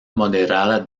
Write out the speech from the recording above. moderada